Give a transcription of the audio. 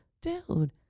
dude